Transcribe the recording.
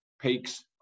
peaks